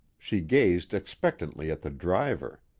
she gazed expectantly at the driver.